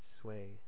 sway